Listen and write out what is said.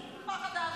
מה?